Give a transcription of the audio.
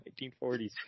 1940s